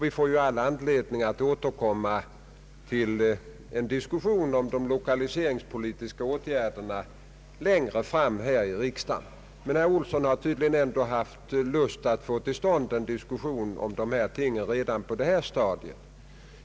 Vi får all anledning att diskutera de lokaliseringspolitiska åtgärderna längre fram, men herr Olsson har tydligen haft lust till en diskussion om dessa ting redan på det här stadiet.